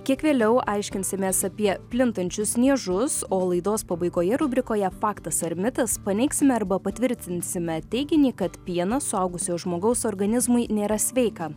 kiek vėliau aiškinsimės apie plintančius niežus o laidos pabaigoje rubrikoje faktas ar mitas paneigsime arba patvirtinsime teiginį kad pienas suaugusio žmogaus organizmui nėra sveika